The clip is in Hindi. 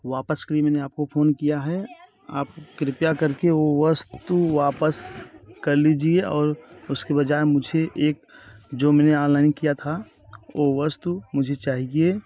वापस के लिए मैंने आप को फ़ोन किया है आप कृपया कर के वो वस्तु वापस कर लीजिए और उसके बजाय मुझे एक जो मैंने ऑनलाइन किया था वो वस्तु मुझे चाहिए